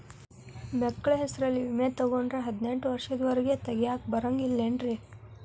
ಮಕ್ಕಳ ಹೆಸರಲ್ಲಿ ವಿಮೆ ತೊಗೊಂಡ್ರ ಹದಿನೆಂಟು ವರ್ಷದ ಒರೆಗೂ ತೆಗಿಯಾಕ ಬರಂಗಿಲ್ಲೇನ್ರಿ?